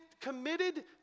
committed